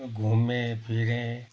घुमेँ फिरेँ